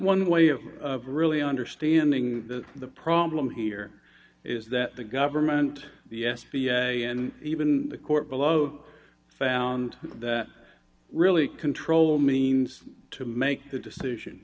one way of of really understanding that the problem here is that the government the s b a and even the court below found that really control means to make the